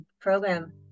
program